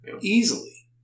Easily